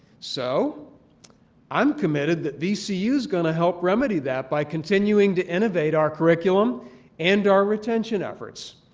so i'm committed that vcu is going to help remedy that by continuing to innovate our curriculum and our retention efforts.